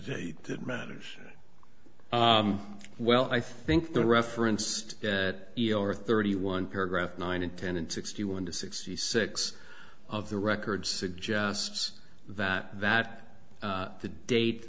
date that matters well i think the referenced that your thirty one paragraph nine in ten and sixty one to sixty six of the records suggests that that the date